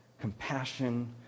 compassion